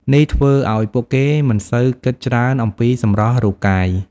នេះធ្វើឱ្យពួកគេមិនសូវគិតច្រើនអំពីសម្រស់រូបកាយ។